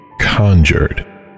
conjured